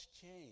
change